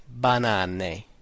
banane